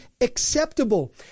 acceptable